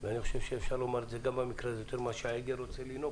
ואני חושב שאפשר לומר גם במקרה הזה שיותר מאשר העגל רוצה לינוק,